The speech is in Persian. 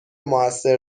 موثر